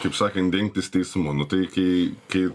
kaip sakant dengtis teismu nu tai kiai kai